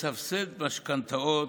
מסבסד משכנתאות,